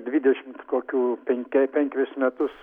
dvidešimt kokių penke penkerius metus